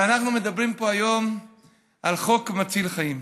אנחנו מדברים פה היום על חוק מציל חיים,